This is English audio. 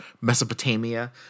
Mesopotamia